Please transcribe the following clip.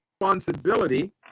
Responsibility